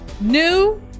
new